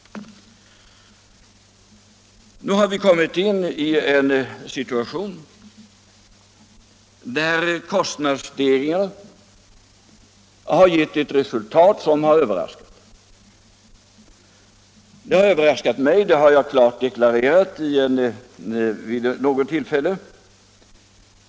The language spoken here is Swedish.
Nu har vi kommit in i en situation där kostnadsstegringarna gett ett resultat som har varit överraskande. Det har överraskat mig — som jag klart deklarerat vid något tillfälle.